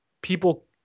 people